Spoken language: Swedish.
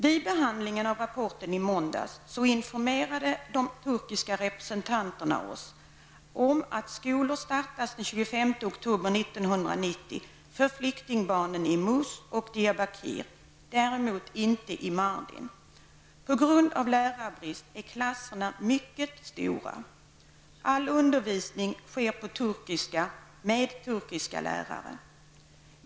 Vid behandlingen av rapporten i måndags informerade de turkiska representanterna oss om att skolor startats den 25 oktober 1990 för flyktingbarnen i Mus och Diyarbakir, däremot inte i Mardin. På grund av lärarbrist är klasserna mycket stora. All undervisning sker på turkiska med turkiska lärare.